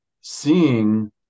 seeing